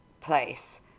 place